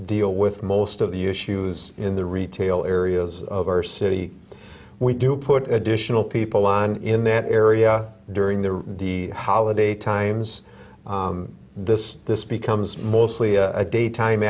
deal with most of the issues in the retail areas of our city we do put additional people on in that area during the the how day times this this becomes mostly a daytime